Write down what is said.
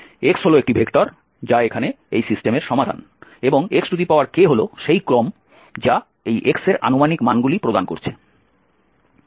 x হল একটি vector যা এখানে এই সিস্টেমের সমাধান এবং xk হল সেই ক্রম যা এই x এর আনুমানিক মানগুলি প্রদান করছে